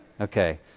Okay